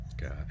God